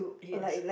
yes